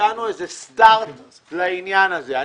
שנתנו איזו התחלה לעניין הזה.